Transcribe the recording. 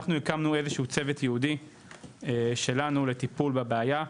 אנחנו הקמנו איזשהו צוות ייעודי שלנו לטפול בבעיה.